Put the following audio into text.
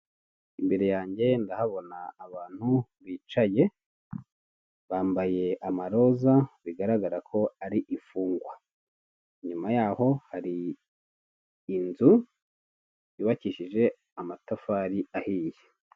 imbere yanjye ndahabona abantu bicaye bambaye amaroza bigaragara ko ari imfungwa, inyuma y'aho hari inzu yubakishije amatafari ahiye.